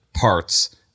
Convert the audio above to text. parts